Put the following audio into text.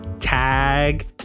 Tag